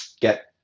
Get